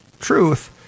truth